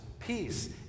Peace